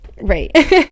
right